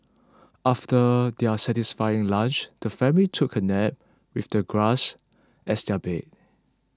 after their satisfying lunch the family took a nap with the grass as their bed